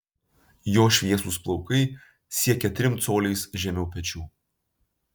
jo šviesūs plaukai siekia trim coliais žemiau pečių